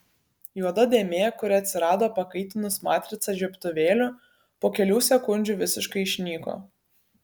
juoda dėmė kuri atsirado pakaitinus matricą žiebtuvėliu po kelių sekundžių visiškai išnyko